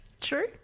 true